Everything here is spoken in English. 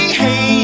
hey